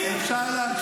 ג'י.